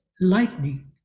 lightning